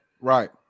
right